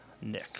Nick